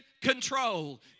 Control